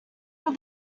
are